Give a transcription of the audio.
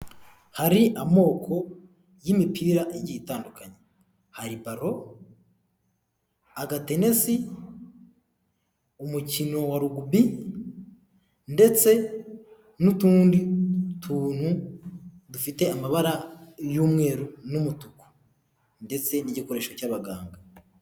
Hari amoko y'imipira igiye itandukanye, hari baro, agatenesi, umukino wa rugubi, ndetse n'utundi tuntu dufite amabara y'umweru n'umutuku ndetse n'igikoresho cy'abaganga.